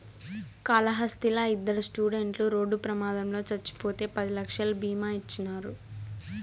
కాళహస్తిలా ఇద్దరు స్టూడెంట్లు రోడ్డు ప్రమాదంలో చచ్చిపోతే పది లక్షలు బీమా ఇచ్చినారు